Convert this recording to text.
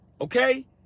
okay